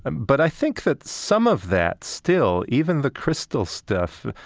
and but i think that some of that, still, even the crystal stuff,